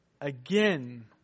again